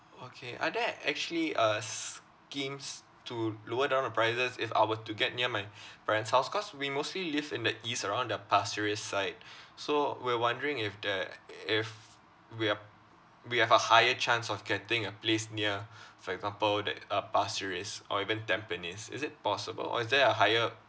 okay are there actually uh s~ schemes to lower down the prices if I were to get near my parents' house cause we mostly live in the east around the pasir ris side so we're wondering if there if we are we have a higher chance of getting a place near for example that uh pasir ris or even tampines is it possible or is there a higher